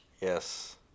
Yes